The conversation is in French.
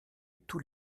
tous